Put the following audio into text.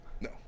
no